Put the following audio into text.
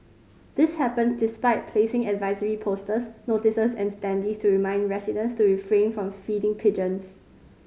this happen despite placing advisory posters notices and standees to remind residents to refrain from feeding pigeons